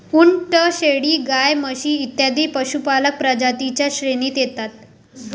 उंट, शेळी, गाय, म्हशी इत्यादी पशुपालक प्रजातीं च्या श्रेणीत येतात